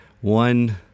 one